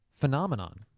phenomenon